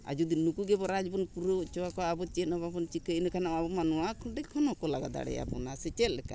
ᱟᱨ ᱡᱩᱫᱤ ᱱᱩᱠᱩ ᱜᱮ ᱨᱟᱡᱽ ᱵᱚᱱ ᱯᱩᱨᱟᱹᱣ ᱦᱚᱪᱚ ᱟᱠᱚᱣᱟ ᱟᱵᱚ ᱪᱮᱫ ᱦᱚᱸ ᱵᱟᱵᱚᱱ ᱪᱤᱠᱟᱹᱭᱟ ᱤᱱᱟᱹ ᱠᱷᱟᱱ ᱟᱵᱚ ᱢᱟ ᱱᱚᱣᱟ ᱠᱷᱚᱱ ᱦᱚᱸᱠᱚ ᱞᱟᱸᱜᱟ ᱫᱟᱲᱮ ᱟᱵᱚᱱᱟ ᱥᱮ ᱪᱮᱫ ᱞᱮᱠᱟ